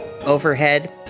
overhead